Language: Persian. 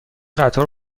قطار